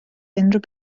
unrhyw